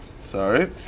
sorry